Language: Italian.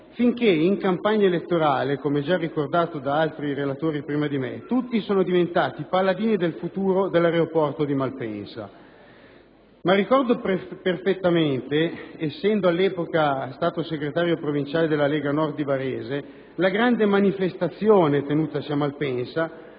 finché in campagna elettorale, come già ricordato da altri oratori prima di me, tutti sono diventati paladini del futuro dell'aeroporto di Malpensa. Ma ricordo perfettamente, avendo all'epoca ricoperto la carica di segretario provinciale della Lega Nord di Varese, la grande manifestazione tenutasi a Malpensa;